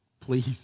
please